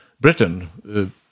Britain